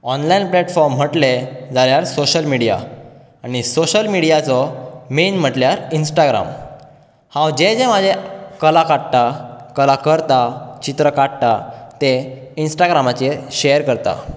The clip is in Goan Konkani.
ऑनलायन प्लॅटफोर्म म्हटलें जाल्यार सोशल मिडिया आनी सोशल मिडियाचो मॅन म्हटल्यार इन्स्टाग्राम हांव जें जें म्हाजें कला काडटां कला करतां चित्र काडटां ते इन्स्टाग्रामाचेर शॅर करतां